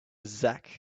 zach